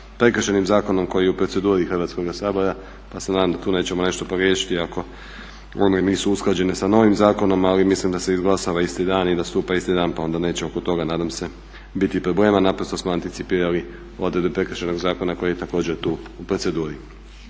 Prekršajnim zakonom koji je u proceduri Hrvatskoga sabora pa se nadam da tu nećemo nešto pogriješiti ako one nisu usklađene sa novim zakonom. Ali mislim da se izglasava isti dan i da stupa isti dan pa onda neće oko toga nadam se biti problema. Naprosto smo anticipirali odredbe Prekršajnog zakona koji je također tu u proceduri.